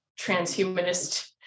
transhumanist